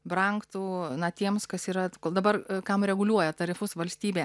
brangtų na tiems kas yra kol dabar kam reguliuoja tarifus valstybė